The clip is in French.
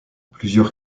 plusieurs